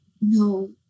No